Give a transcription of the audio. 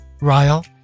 Ryle